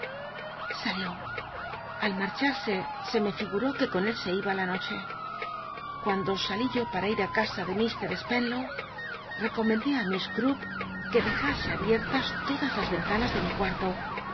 mu al salió só almor tar conmigo flgutó que con él se iba la noche cuando sali yo para ir á casa de mr spenlow recomendé á mic que dejase abiertas todas las ventanas de mi cuatto